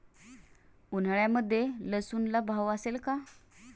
उन्हाळ्यामध्ये लसूणला भाव असेल का?